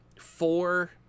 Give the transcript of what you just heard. four